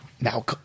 now